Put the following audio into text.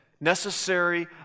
Necessary